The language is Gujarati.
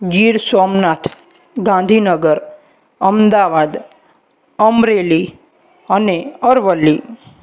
ગીર સોમનાથ ગાંધીનગર અમદાવાદ અમરેલી અને અરવલ્લી